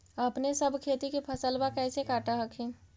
अपने सब खेती के फसलबा कैसे काट हखिन?